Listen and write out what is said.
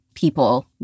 people